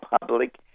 public